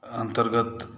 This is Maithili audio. अन्तर्गत